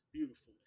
Beautiful